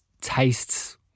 tastes